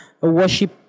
worship